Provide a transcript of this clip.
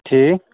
ٹھیٖک